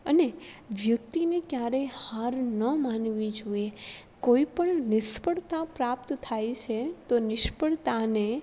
અને વ્યક્તિને ક્યારેય હાર ન માનવી જોઇએ કોઈ પણ નિષ્ફળતા પ્રાપ્ત થાય છે તો નિષ્ફળતાને